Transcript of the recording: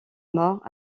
mort